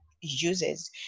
uses